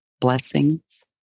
blessings